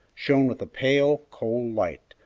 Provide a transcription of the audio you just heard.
shone with a pale, cold light,